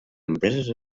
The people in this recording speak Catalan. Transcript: empreses